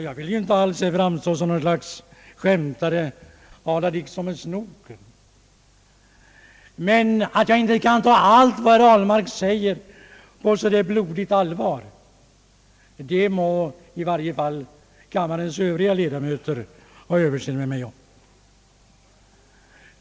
Jag vill inte alls framstå såsom en skämtare, som en herr Dickson med snoken. Men att jag inte kan ta allt vad herr Ahlmark säger på så blodigt allvar må i varje fall kammarens övriga ledamöter ha överseende med.